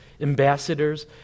ambassadors